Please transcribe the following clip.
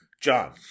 John